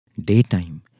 daytime